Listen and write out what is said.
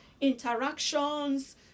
interactions